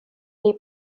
les